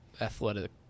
athletic